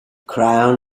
crown